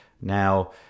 now